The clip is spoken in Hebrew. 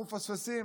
אנחנו מפספסים